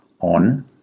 on